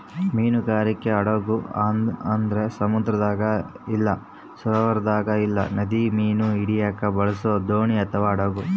ಮೀನುಗಾರಿಕೆ ಹಡಗು ಅಂದ್ರ ಸಮುದ್ರದಾಗ ಇಲ್ಲ ಸರೋವರದಾಗ ಇಲ್ಲ ನದಿಗ ಮೀನು ಹಿಡಿಯಕ ಬಳಸೊ ದೋಣಿ ಅಥವಾ ಹಡಗು